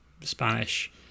Spanish